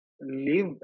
leave